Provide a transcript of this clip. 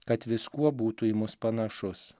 kad viskuo būtų į mus panašus